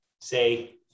say